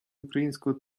українського